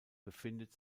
befindet